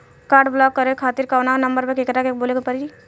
Card block करे खातिर कवना नंबर पर केकरा के बोले के परी?